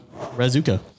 Razuka